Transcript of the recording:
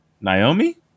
Naomi